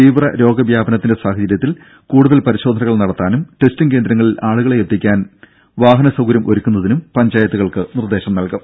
തീവ്രരോഗ വ്യാപനത്തിന്റെ സാഹചര്യത്തിൽ കൂടുതൽ പരിശോധനകൾ നടത്താനും ടെസ്റ്റിങ് കേന്ദ്രങ്ങളിൽ ആളുകളെ എത്തിക്കാൻ വാഹന സൌകര്യം ഒരുക്കുന്നതിനും പഞ്ചായത്തുകൾക്ക് നിർദേശം നൽകും